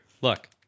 look